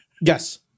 Yes